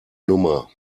nummer